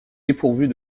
dépourvue